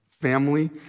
family